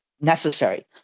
necessary